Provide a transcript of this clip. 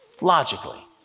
logically